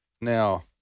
now